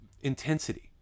intensity